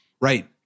Right